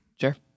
Sure